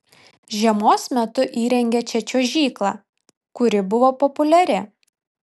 žiemos metu įrengė čia čiuožyklą kuri buvo populiari